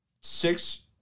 six